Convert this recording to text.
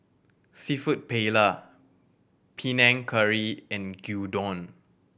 Seafood Paella Panang Curry and Gyudon